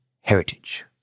heritage